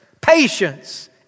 patience